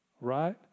right